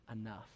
enough